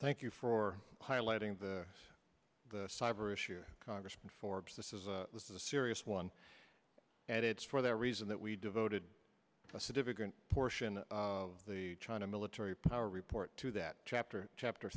thank you for highlighting the cyber issue congressman forbes this is a this is a serious one and it's for that reason that we devoted a significant portion of the china military power report to that chapter chapter